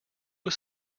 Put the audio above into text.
was